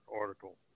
article